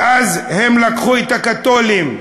ואז הם לקחו את הקתולים,